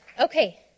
Okay